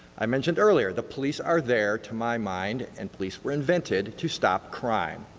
i mentioned earlier, the police are there to my mind, and police were invented to stop crime.